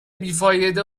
بیفایده